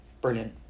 brilliant